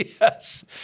Yes